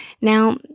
Now